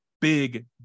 big